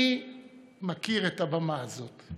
אני מכיר את הבמה הזאת.